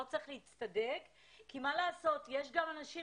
לא צריך להצטדק כי מה לעשות, יש גם אנשים